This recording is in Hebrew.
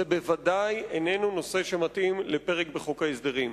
זה בוודאי איננו נושא שמתאים לפרק בחוק ההסדרים.